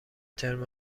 ترم